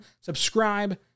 Subscribe